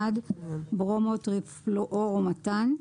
1301 - ברומו-טריפלואורו-מתן,